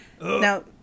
Now